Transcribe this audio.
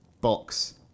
Box